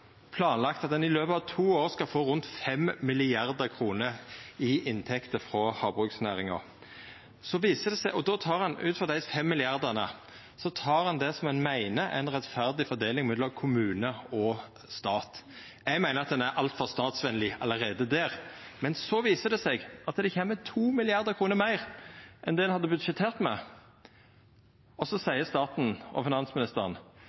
planlagt at ein i løpet av to år skal få rundt 5 mrd. kr i inntekter frå havbruksnæringa, og av dei 5 mrd. kr tek ein det som ein meiner er ei rettferdig fordeling mellom kommune og stat. Eg meiner at ein er altfor statsvennleg allereie der. Men så viser det seg at det kjem 2 mrd. kr meir enn det ein hadde budsjettert med, og så seier staten og finansministeren: